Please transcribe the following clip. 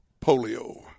Polio